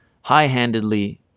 high-handedly